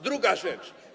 Druga rzecz.